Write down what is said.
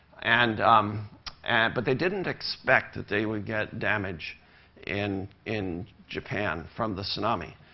and um and but they didn't expect that they would get damage in in japan from the tsunami.